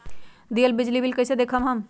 दियल बिजली बिल कइसे देखम हम?